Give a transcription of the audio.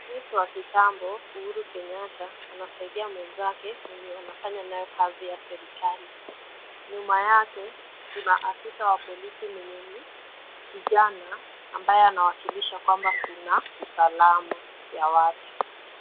Rais wa kitambo Uhuru Kenyatta anasaidia mwenzake mwenye anafanya nage kazi ya serikali. Nyuma yake kuna kijana ambaye anawakilisha kwamba kuna usalama ya watu.